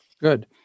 Good